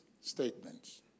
statements